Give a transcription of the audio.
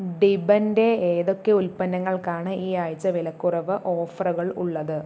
ഡിബൻ്റെ ഏതൊക്കെ ഉൽപ്പന്നങ്ങൾക്കാണ് ഈ ആഴ്ച വിലക്കുറവ് ഓഫറുകൾ ഉള്ളത്